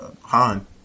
Han